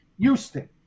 Houston